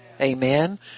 Amen